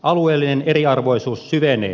alueellinen eriarvoisuus syvenee